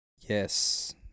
Yes